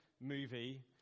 movie